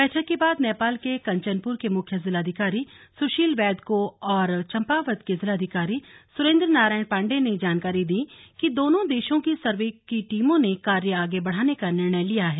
बैठक के बाद नेपाल के कंचनपुर के मुख्य जिलाधिकारी सुशील वैध और चंपावत के जिलाधिकारी सुरेन्द्र नारायण पाण्डेय ने जानकारी दी कि दोनों देशों की सर्वे की टीमों ने कार्य आगे बढ़ाने का निर्णय लिया है